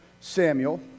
Samuel